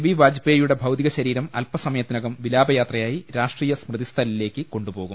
B വാജ്പേയിയുടെ ഭൌതിക ശരീരം അല്പസമയത്തിനകം വിലാപയാത്രയായി രാഷ്ട്രീയ സ്മൃതിസ്ഥലിലേക്ക് കൊണ്ടുപോകും